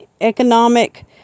economic